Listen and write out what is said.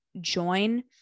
join